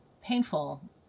painful